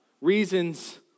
reasons